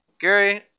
Gary